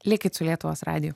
likit su lietuvos radiju